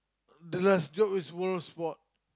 the last job is world sport